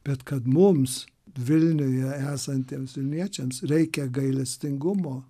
bet kad mums vilniuje esantiems vilniečiams reikia gailestingumo